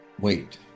Wait